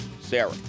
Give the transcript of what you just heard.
Sarah